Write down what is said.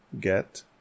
get